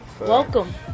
Welcome